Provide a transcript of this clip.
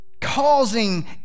causing